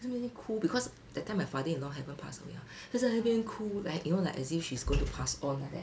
他在那边哭 use that time my father-in-law haven't pass away ah 他在那边哭 like you know like as if she's going to pass on like that